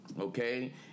Okay